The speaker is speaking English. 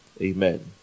amen